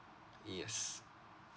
y~ yes